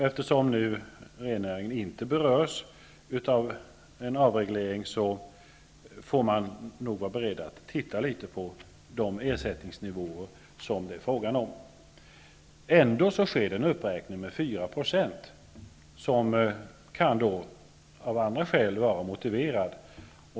Eftersom nu rennäringen inte berörs av en avreglering, får man nog vara beredd att titta litet på ersättningsnivåerna. Ändå sker det en uppräkning med 4 %, som av andra skäl kan vara motiverad.